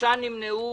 שלושה נמנעו.